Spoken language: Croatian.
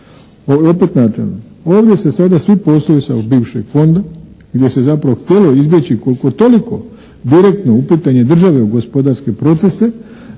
opet načelno. Ovdje se sada svi posluju sa bivšeg fonda gdje se je zapravo htjelo izbjeći koliko toliko direktno uplitanje države u gospodarske procese,